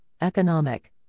Economic